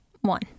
One